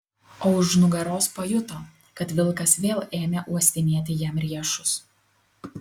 o už nugaros pajuto kad vilkas vėl ėmė uostinėti jam riešus